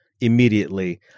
immediately